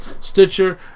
Stitcher